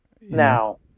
now